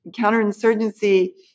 counterinsurgency